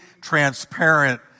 transparent